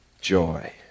joy